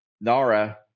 Nara